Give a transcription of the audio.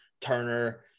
Turner